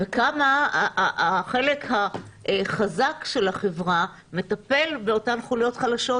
וכמה החלק החזק של החברה מטפל באותן חוליות חלשות,